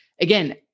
Again